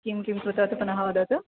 किं किं कृतवती पुनः वदतु